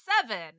seven